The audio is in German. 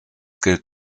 gilt